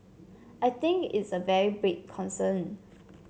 I think it's a very big concern